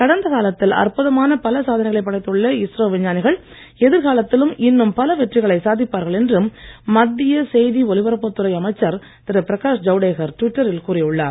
கடந்த காலத்தில் அற்புதமான பல சாதனைகளை படைத்துள்ள இஸ்ரோ விஞ்ஞானிகள் எதிர்காலத்திலும் இன்னும் பல வெற்றிகளை சாதிப்பார்கள் என்று மத்திய செய்தி ஒலிபரப்புத் துறை அமைச்சர் திரு பிரகாஷ் ஜவ்டேகர் டுவிட்டரில் கூறி உள்ளார்